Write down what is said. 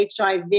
HIV